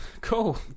Cool